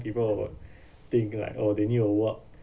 people would think like oh they need to work